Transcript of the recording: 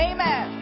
Amen